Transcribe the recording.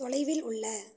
தொலைவில் உள்ள